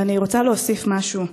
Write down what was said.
ואני רוצה להוסיף משהו,